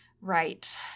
Right